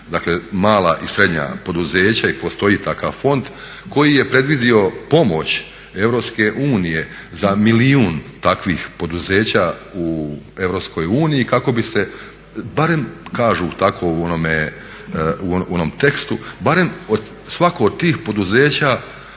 mala i srednja poduzeća i postoji takav fond, koji je predvidio pomoć EU za milijun takvih poduzeća u EU kako bi se barem kažu tako u onom tekstu barem svako od tih poduzeća